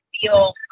feel